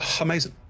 amazing